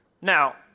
Now